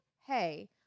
hey